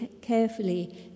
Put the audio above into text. carefully